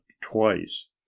twice